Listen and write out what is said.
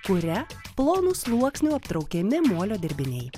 kuria plonu sluoksniu aptraukiami molio dirbiniai